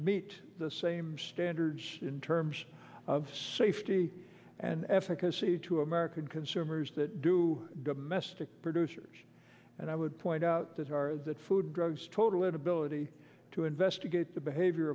meet the same standards in terms of safety and efficacy to american consumers that do domestic producers and i would point out as far as that food drugs total inability to investigate the behavior